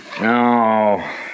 No